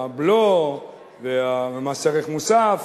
הבלו ומס ערך מוסף,